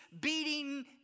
beating